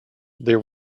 there